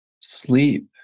sleep